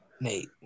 Nate